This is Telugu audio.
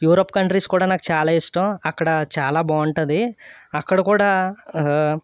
యూరప్ కంట్రీస్ కూడా నాకు చాలా ఇష్టం అక్కడ చాలా బాగుంటుంది అక్కడ కూడా